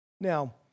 Now